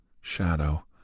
shadow